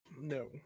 no